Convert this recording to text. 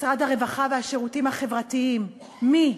משרד הרווחה והשירותים החברתיים, מי?